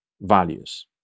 values